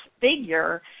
figure